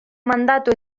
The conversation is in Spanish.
mandato